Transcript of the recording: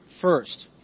First